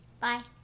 Bye